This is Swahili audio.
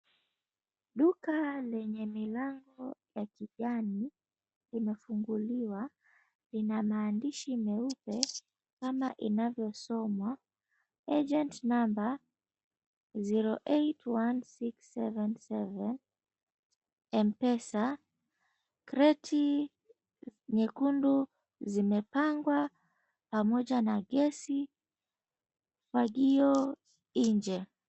Duka lenye mirabu ya kijani inafunguliwa lina mahandishi meupe kama inavyosomwa, "Agent Number 081677 Mpesa." Kreti nyekundu zimepangwa pamoja na gezi. Ufagio nje.